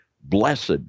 Blessed